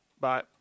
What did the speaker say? Bye